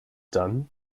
done